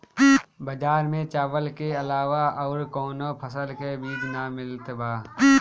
बजार में चावल के अलावा अउर कौनो फसल के बीज ना मिलत बा